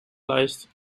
lijst